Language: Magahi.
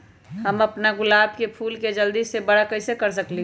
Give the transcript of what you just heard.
हम अपना गुलाब के फूल के जल्दी से बारा कईसे कर सकिंले?